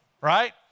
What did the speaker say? right